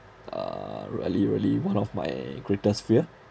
uh really really one of my greatest fear